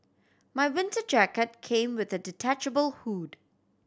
my winter jacket came with a detachable hood